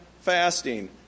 fasting